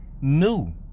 new